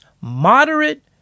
moderate